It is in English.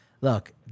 look